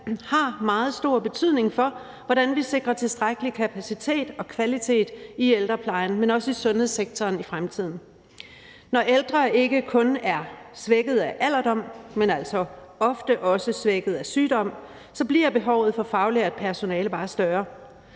har meget stor betydning for, hvordan vi sikrer tilstrækkelig kapacitet og kvalitet i ældreplejen, men også i sundhedssektoren i fremtiden. Når ældre ikke kun er svækket af alderdom, men altså også ofte svækket af sygdom, bliver behovet for faglært personale bare større.